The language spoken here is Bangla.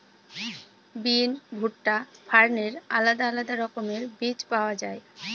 বিন, ভুট্টা, ফার্নের আলাদা আলাদা রকমের বীজ পাওয়া যায়